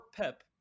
Pep